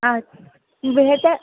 اچ بہتر